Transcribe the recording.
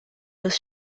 los